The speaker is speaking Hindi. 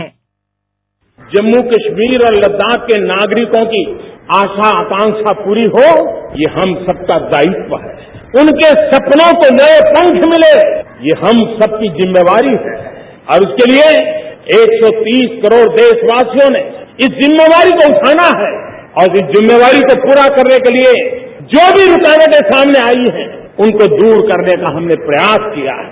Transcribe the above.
साउंड बाईट जम्मू कश्मीर और लद्दाक के नागरिकों की आशा आकांक्षा पूरी हो ये हम सबका दायित्व है उनके सपनों को नए पंख मिले ये हम सबकी जिम्मेवारी है और उसके लिए एक सौ तीस करोड़ देशवासियों ने इस जिम्मेवारी को उठाना है और इस जिम्मेवारी को पूरा करने के लिए जो भी रुकावटें सामने आई है उनको दूर करने का हमने प्रयास किया है